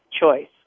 choice